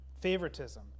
favoritism